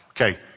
Okay